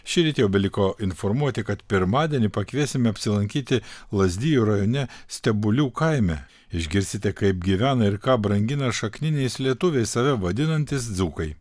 šįryt jau beliko informuoti kad pirmadienį pakviesime apsilankyti lazdijų rajone stebulių kaime išgirsite kaip gyvena ir ką brangina šakniniais lietuviais save vadinantys dzūkai